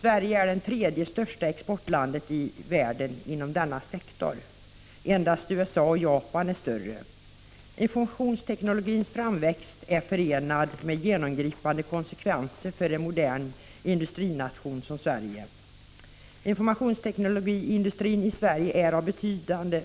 Sverige är det tredje största exportlandet i världen inom denna sektor. Endast USA och Japan är större. Informationsteknologins framväxt är förenad med genomgripande konsekvenser för en modern industrination som Sverige. Informationsteknologiindustrin i Sverige är betydande